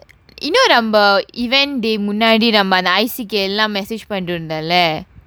you know number event they முன்னாடி நம்ம அந்த:munnaadi namma antha I_C_K எல்லாம்:ellaam message பண்ணிட்டு இருந்தல்ல:pannittu irunthalla